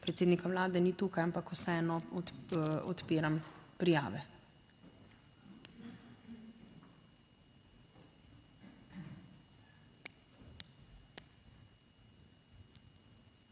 Predsednika vlade ni tukaj, ampak vseeno odpiram prijave.